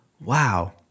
wow